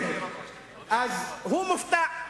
אז הוא מופתע.